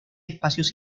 espacios